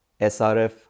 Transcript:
SRF